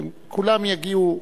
כולם יגיעו.